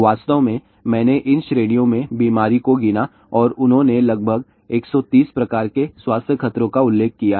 वास्तव में मैंने इन श्रेणियों में बीमारी को गिना और उन्होंने लगभग 130 प्रकार के स्वास्थ्य खतरों का उल्लेख किया है